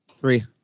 Three